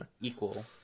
equal